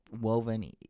Woven